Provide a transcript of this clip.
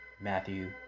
Matthew